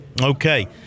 okay